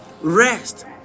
rest